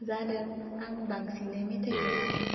जादों आं बांसिनै मेथाइखौ मा होनो